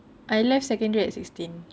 I left secondary at sixteen